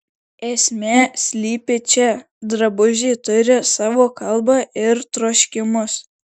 esmė slypi čia drabužiai turi savo kalbą ir troškimus